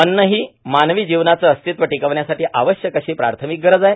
अज्ज ही मानवी जीवनाचं अस्तित्व टिकविण्यासाठी आवश्यक अशी प्राथमिक गरज आहे